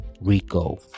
Rico